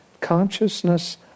consciousness